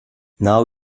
now